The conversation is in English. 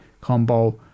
combo